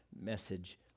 message